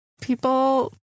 people